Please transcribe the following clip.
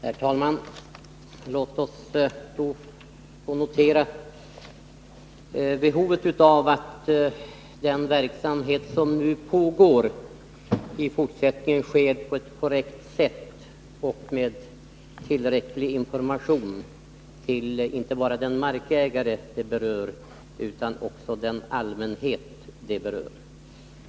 Herr talman! Låt oss notera behovet av att den verksamhet som nu pågår i fortsättningen sker på ett korrekt sätt och med tillräcklig information, inte bara till den markägare som berörs utan också till den allmänhet som berörs.